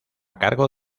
cargo